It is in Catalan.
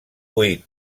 vuit